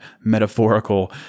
metaphorical